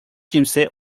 kimse